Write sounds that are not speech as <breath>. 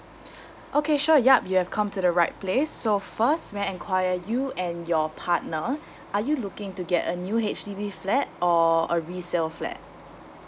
<breath> okay sure yup you have come to the right place so first may I enquire you and your partner <breath> are you looking to get a new H_D_B flat or a resale flat